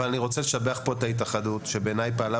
אבל אני רוצה לשבח פה את ההתאחדות שבעיניי פעלה